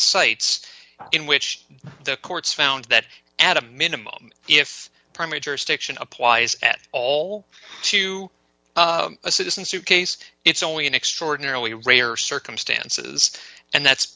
cites in which the courts found that at a minimum if primary jurisdiction applies at all to a citizen suit case it's only an extraordinarily rare circumstances and that